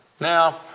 Now